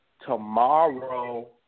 tomorrow